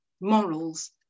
morals